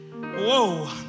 Whoa